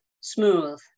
smooth